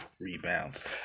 rebounds